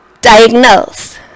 diagnose